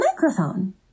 microphone